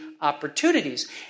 opportunities